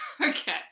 Okay